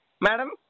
Madam